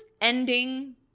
ending